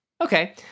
Okay